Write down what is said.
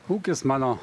ūkis mano